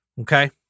Okay